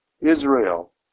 Israel